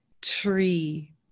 tree